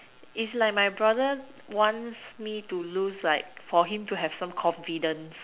is like my brother wants me to lose like for him to have some confidence